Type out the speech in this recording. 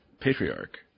patriarch